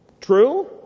True